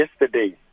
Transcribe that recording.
yesterday